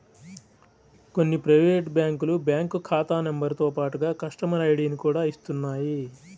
కొన్ని ప్రైవేటు బ్యాంకులు బ్యాంకు ఖాతా నెంబరుతో పాటుగా కస్టమర్ ఐడిని కూడా ఇస్తున్నాయి